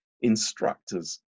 instructors